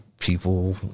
people